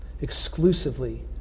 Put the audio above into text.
exclusively